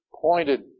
pointed